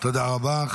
תודה רבה.